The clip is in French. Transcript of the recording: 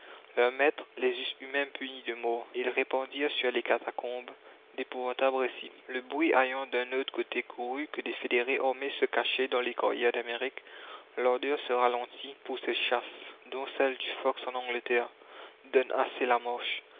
leurs maîtres les eussent eux-mêmes punis de mort ils répandirent sur les catacombes d'épouvantables récits le bruit ayant d'un autre côté couru que des fédérés armés se cachaient dans les carrières d'amérique l'ardeur se ralentit pour ces chasses dont celles du fox en angleterre donnent assez la marche